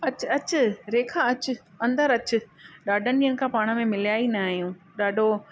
अचु अचु रेखा अचु अंदरि अचु ॾाढनि ॾींहंनि खां पाण में मिलिया ई न आहियूं ॾाढो